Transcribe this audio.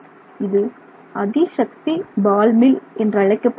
இது அதிசக்தி ball mill என்றழைக்கப் படுகிறது